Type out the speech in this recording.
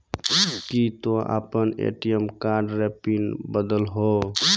की तोय आपनो ATM card रो पिन बदलहो